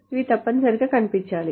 అవి తప్పనిసరిగా కనిపించాలి